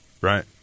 right